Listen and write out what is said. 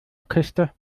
orchester